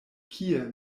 kie